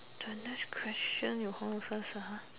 the next question you hold on first ah